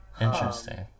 interesting